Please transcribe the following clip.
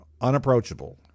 unapproachable